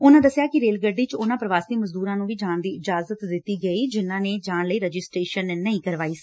ਉਨੂਾਂ ਦਸਿਆ ਕਿ ਰੇਲ ਗੱਡੀ ਚ ਉਨੂਾਂ ਪ੍ਰਵਾਸੀ ਮਜ਼ਦੂਰਾਂ ਨੂੰ ਵੀ ਜਾਣ ਦੀ ਇਜਾਜਤ ਦਿੱਤੀ ਗਈ ਜਿਨ੍ਹਾਂ ਨੇ ਜਾਣ ਲਈ ਰਜਿਸਟਰੇਸ਼ਨ ਨਹੀਂ ਕਰਵਾਈ ਸੀ